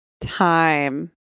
Time